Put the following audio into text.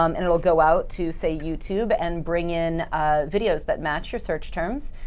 um and it will go out to, say, youtube and bring in videos that match your search terms.